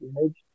image